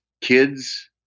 kids